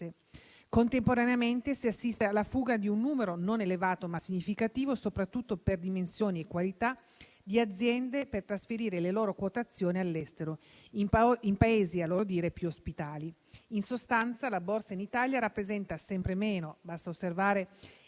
Contemporaneamente, si assiste alla fuga di un numero non elevato, ma significativo soprattutto per dimensioni e qualità, di aziende per trasferire le loro quotazioni all'estero, in Paesi - a loro dire - più ospitali. In sostanza, la Borsa in Italia rappresenta sempre meno - basta osservare